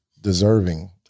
deserving